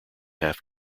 half